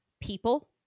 people